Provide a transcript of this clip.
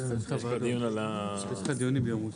יש מסמך,